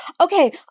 okay